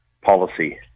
policy